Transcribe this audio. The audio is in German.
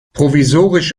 provisorisch